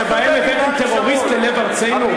שבהם הבאתם טרוריסט ללב ארצנו?